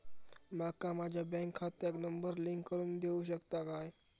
माका माझ्या बँक खात्याक नंबर लिंक करून देऊ शकता काय?